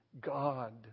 God